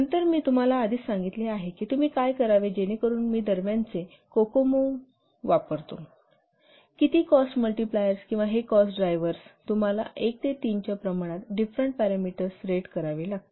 नंतर मी तुम्हाला आधीच सांगितले आहे की तुम्ही काय करावे जेणेकरून मी इंटरमीडिएट कोकोमो वापरतो किती कॉस्ट मल्टिप्लायर्स किंवा कॉस्ट ड्रायव्हर्स लागतील तुम्हाला एक ते तीनच्या प्रमाणात डिफरेंट पॅरामीटर्स रेट करावे लागतील